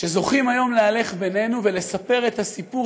שזוכים היום להלך בינינו ולספר את הסיפור,